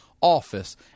office